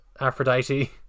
Aphrodite